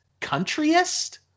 Countryist